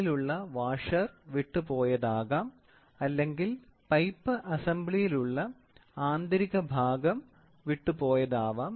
ഉള്ളിലുള്ള വാഷർ വിട്ടുപോയതാകാം അല്ലെങ്കിൽ പൈപ്പ് അസംബ്ലിയിൽ ഉള്ള ആന്തരിക ഭാഗം വിട്ടുപോയതാകാം